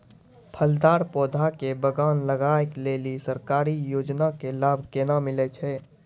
फलदार पौधा के बगान लगाय लेली सरकारी योजना के लाभ केना मिलै छै?